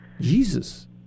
Jesus